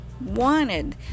wanted